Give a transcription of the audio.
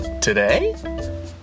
Today